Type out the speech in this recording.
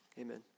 amen